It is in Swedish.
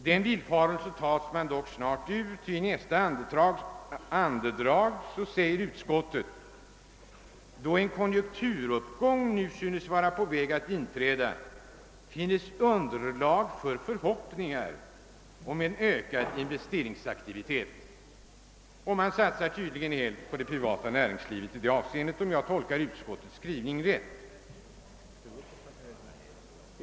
Den villfarelsen tas man dock snart ur, ty i nästa andedrag säger utskottet: »Då en konjunkturuppgång nu synes vara på väg att inträda finns underlag för förhoppningar om en ökad investeringsaktivitet», o.s.v. Utskottet sätter tydligen hela sin lit till det privata näringslivet.